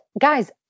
guys